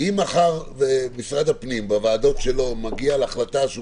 אם מחר משרד הפנים בוועדות שלו מגיע להחלטה שהוא